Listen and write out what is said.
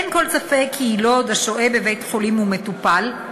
אין כל ספק כי יילוד השוהה בבית-חולים הוא מטופל,